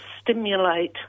stimulate